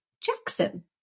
jackson